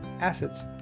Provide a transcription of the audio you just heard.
assets